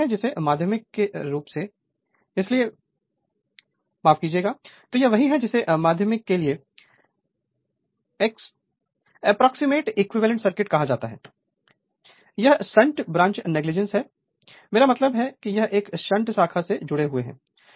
तो यह वही है जिसे माध्यमिक के लिए एप्रोक्सीमेट इक्विवेलेंट सर्किट कहा जाता है यहां संट ब्रांच नेगलिजिबल है मेरा मतलब है कि हम इस शंट शाखा से जुड़े हुए हैं